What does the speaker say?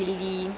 mm